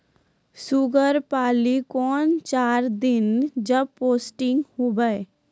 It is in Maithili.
शुगर पाली कौन चार दिय जब पोस्टिक हुआ?